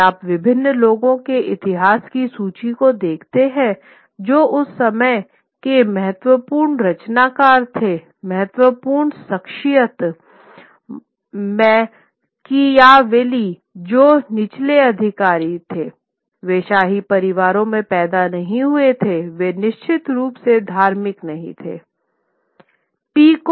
यदि आप विभिन्न लोगों के इतिहास की सूची को देखते हैं जो उस समय के महत्वपूर्ण रचनाकार थे महत्वपूर्ण शख्सियत मैकियावेली जो निचले अधिकारिय थे वे शाही परिवारों में पैदा नहीं हुए थे वे निश्चित रूप से धार्मिक परिवार नहीं थे